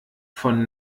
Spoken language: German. von